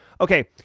Okay